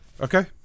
okay